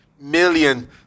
million